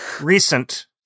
recent